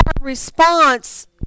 response